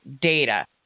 data